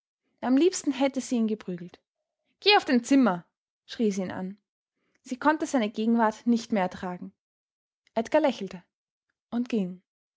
am liebsten hätte sie ihn geprügelt geh auf dein zimmer schrie sie ihn an sie konnte seine gegenwart nicht mehr ertragen edgar lächelte und ging